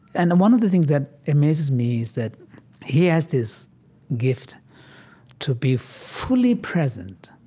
and and one of the things that amazes me is that he has this gift to be fully present,